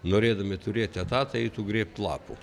norėdami turėti etatą eitų grėbti lapų